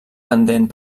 pendent